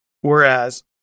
whereas